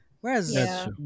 Whereas